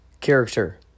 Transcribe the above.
character